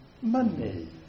money